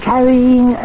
Carrying